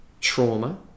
trauma